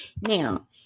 now